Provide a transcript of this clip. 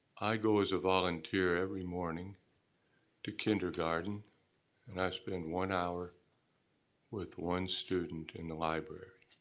i go as a volunteer every morning to kindergarten and i spend one hour with one student in the library